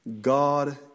God